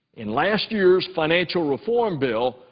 in last year's financial reform bill,